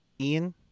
ian